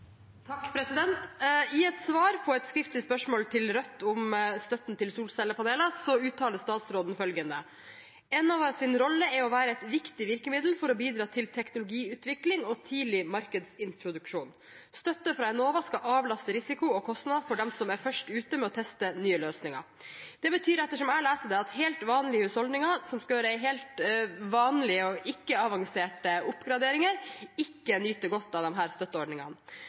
I et svar på et skriftlig spørsmål fra Rødt om støtten til solcellepaneler uttaler statsråden følgende: «Enova sin rolle er å være et viktig virkemiddel for å bidra til teknologiutvikling og tidlig markedsintroduksjon. Støtte fra Enova skal avlaste risiko og kostnader for de som er først ute med å teste nye løsninger.» Det betyr, slik jeg leser det, at helt vanlige husholdninger som skal gjøre helt vanlige og ikke avanserte oppgraderinger, ikke nyter godt av disse støtteordningene.